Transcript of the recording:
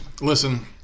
Listen